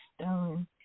stone